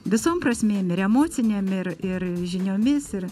visom prasmėm ir emocinėm ir ir žiniomis ir